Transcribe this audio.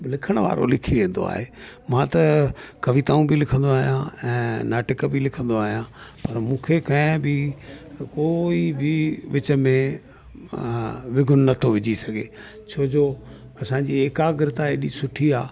लिखण वारो लिखी वेंदो आहे मां त कविताऊं बि लिखंदो आहियां ऐं नाटक बि लिखंदो आहियां पर मूंखे कंहिं बि कोई बि विच में विघुन नथो विझी सघे छोजो असांजी एकाग्रता एॾी सुठी आहे